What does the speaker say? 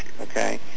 okay